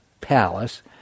palace